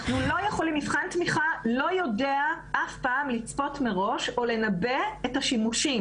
מבחן תמיכה לא יודע אף פעם לצפות מראש או לנבא את השימושים.